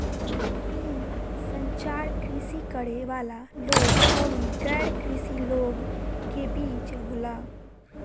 इ संचार कृषि करे वाला लोग अउरी गैर कृषि लोग के बीच होला